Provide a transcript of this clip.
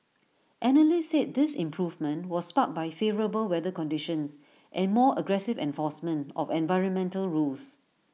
analysts said this improvement was sparked by favourable weather conditions and more aggressive enforcement of environmental rules